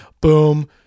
Boom